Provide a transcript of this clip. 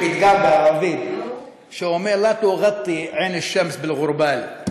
פתגם בערבית שאומר: "לא תע'טי עין אל-שמס באל-ע'רבאל".